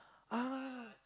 ah